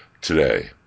Today